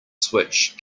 switch